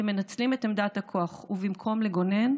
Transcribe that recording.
שמנצלים את עמדת הכוח, ובמקום לגונן,